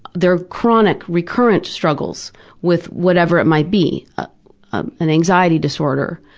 their chronic recurrent struggles with whatever it might be ah ah an anxiety disorder,